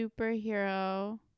superhero